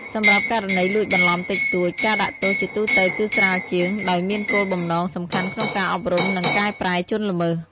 សម្រាប់ករណីលួចបន្លំតិចតួច ការដាក់ទោសជាទូទៅគឺស្រាលជាង ដោយមានគោលបំណងសំខាន់ក្នុងការអប់រំ និងកែប្រែជនល្មើស។